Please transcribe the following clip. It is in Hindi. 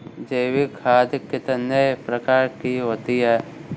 जैविक खाद कितने प्रकार की होती हैं?